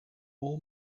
all